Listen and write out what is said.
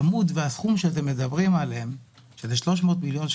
הסכום שאתם מדברים עליו, של 300 מיליון שקלים,